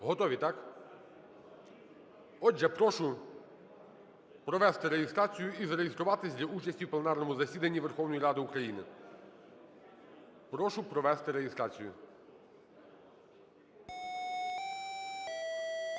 Готові, так? Отже, прошу провести реєстрацію і зареєструватись для участі в пленарному засіданні Верховної Ради України. Прошу провести реєстрацію. 10:04:39